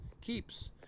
keeps